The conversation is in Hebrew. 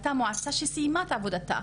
הייתה מועצה שסיימה את עבודתה.